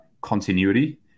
continuity